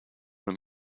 them